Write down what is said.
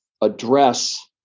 address